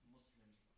Muslims